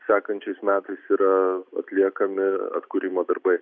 sekančiais metais yra atliekami atkūrimo darbai